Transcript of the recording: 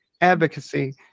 advocacy